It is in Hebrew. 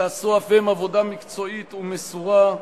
שעשו אף הם עבודה מקצועית ומסורה,